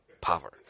power